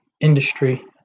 industry